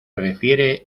refiere